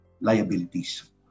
liabilities